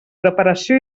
preparació